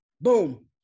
Boom